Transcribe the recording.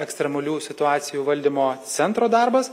ekstremalių situacijų valdymo centro darbas